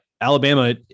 Alabama